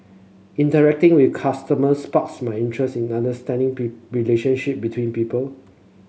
interacting with customers sparks my interest in understanding be relationship between people